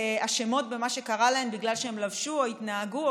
ואשמות במה שקרה להן בגלל מה שהן לבשו או התנהגו,